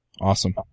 Awesome